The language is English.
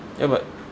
ya but